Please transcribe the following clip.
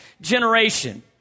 generation